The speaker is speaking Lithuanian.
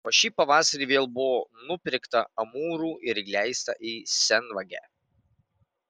o šį pavasarį vėl buvo nupirkta amūrų ir įleista į senvagę